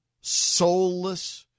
soulless